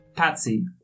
Patsy